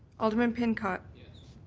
alderman pincott? yes.